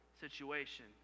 situation